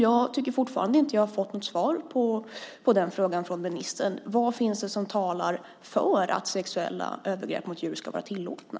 Jag tycker fortfarande inte att jag har fått något svar på den frågan från ministern. Vad finns det alltså som talar för att sexuella övergrepp mot djur ska vara tillåtna?